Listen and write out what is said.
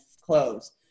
clothes